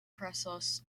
process